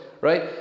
right